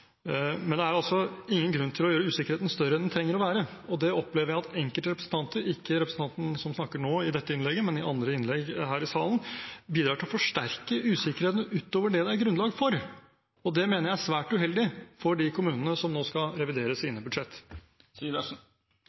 Men det er altså ingen grunn til å gjøre usikkerheten større enn den trenger å være. Jeg opplever at enkelte representanter – ikke representanten som nå har innlegg, men andre her i salen – bidrar til å forsterke usikkerheten utover det det er grunnlag for. Det mener jeg er svært uheldig for de kommunene som nå skal revidere sine budsjett.